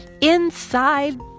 inside